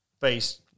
face